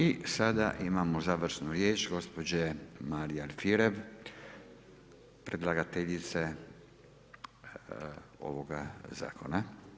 I sada imamo završnu riječ, gospođe Marije Alfirev, predlagateljice ovoga zakona.